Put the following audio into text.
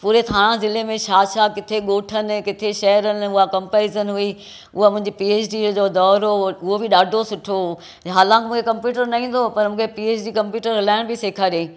पूरे थाणा ज़िले में छा छा किथे गोठु आहिनि किथे शहर इन उहा कम्पेरिज़न हुई उहा मुंहिंजी पीएचडीअ जो दौर हुओ उहो बि ॾाढो सुठो हुओ हालांकि मूंखे कंप्यूटर न ईंदो पर मूंखे पी एच डी कंप्यूटर हलाइण बि सेखारियाईं